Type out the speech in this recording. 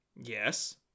Yes